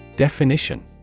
Definition